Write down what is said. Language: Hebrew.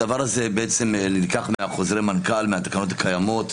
הדבר הזה נלקח מחוזרי מנכ"ל, מהתקנות הקיימות.